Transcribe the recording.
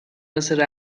مثل